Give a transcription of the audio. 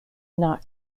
not